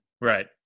Right